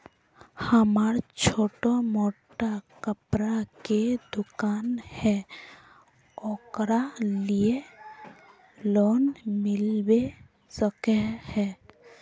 हमरा छोटो मोटा कपड़ा के दुकान है ओकरा लिए लोन मिलबे सके है?